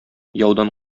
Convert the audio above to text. яудан